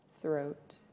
throat